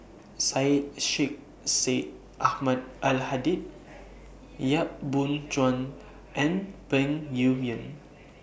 Syed Sheikh Syed Ahmad Al Hadi Yap Boon Chuan and Peng Yuyun